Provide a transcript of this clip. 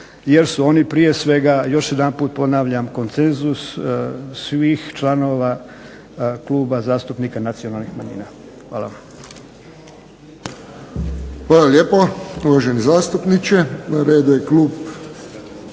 jer su oni prije svega, još jedanput ponavljam, konsenzus svih članova kluba zastupnika Nacionalnih manjina. Hvala. **Friščić, Josip (HSS)** Hvala lijepo, uvaženi zastupniče. Na redu je klub